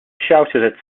shouted